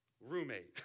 roommate